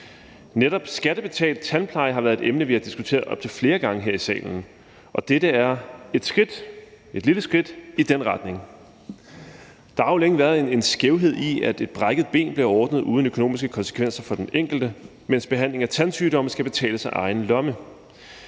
Netop skattebetalt tandpleje har været et emne, vi har diskuteret op til flere gange her i salen, og dette er et skridt – et lille skridt – i den retning. Der har jo længe været en skævhed i, at et brækket ben blev ordnet uden økonomiske konsekvenser for den enkelte, mens behandling af tandsygdomme skal betales af egen lomme.